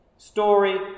Story